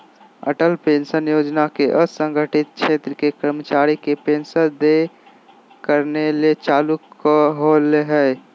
Atal pension योजना के असंगठित क्षेत्र के कर्मचारी के पेंशन देय करने ले चालू होल्हइ